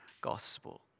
gospel